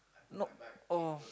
look all